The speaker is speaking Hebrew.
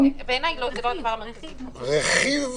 רכיב